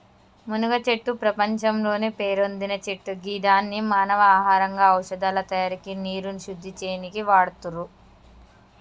మునగచెట్టు ప్రపంచంలోనే పేరొందిన చెట్టు గిదాన్ని మానవ ఆహారంగా ఔషదాల తయారికి నీరుని శుద్ది చేయనీకి వాడుతుర్రు